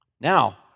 Now